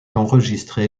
enregistré